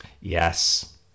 Yes